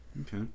Okay